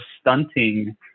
stunting